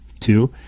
Two